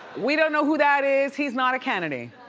we don't know who that is. he's not a kennedy.